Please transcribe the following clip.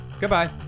Goodbye